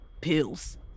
pills